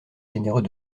généreux